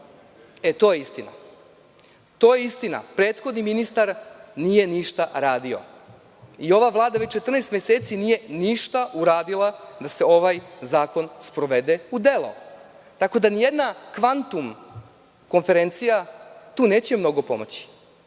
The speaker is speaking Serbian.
ništa radili. To je istina. Prethodni ministar nije ništa radio i ova vlada već 14 meseci nije ništa uradila da se ovaj zakon sprovede u delo, tako da ni jedna kvantum konferencija neće mnogo pomoći,